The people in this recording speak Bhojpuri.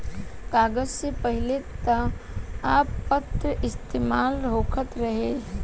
कागज से पहिले तामपत्र इस्तेमाल होखत रहे